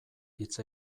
hitz